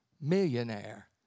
millionaire